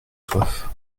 soif